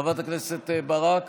חברת הכנסת ברק,